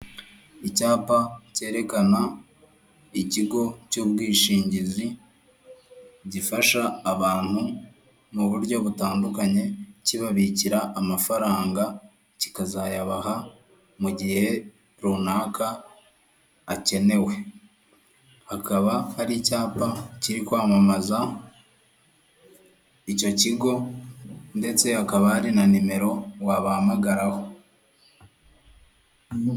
Icyapa cyerekana ikigo cy'ubwishingizi gifasha abantu mu buryo butandukanye kibabikira amafaranga kikazayabaha mu gihe runaka akenewe, hakaba hari icyapa kiri kwamamaza icyo kigo ndetse hakaba hari na nimero wabahamagaraho.